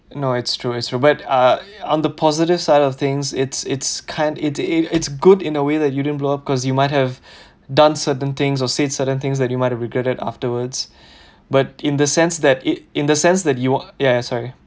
no it's true it's true but uh on the positive side of things it's it's kind it's good in a way that you didn't blow up because you might have done certain things or said certain things that you might have regretted afterwards but in the sense that it in the sense that you ya ya sorry